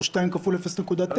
או שתיים כפול 0.9,